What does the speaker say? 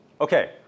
Okay